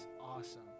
awesome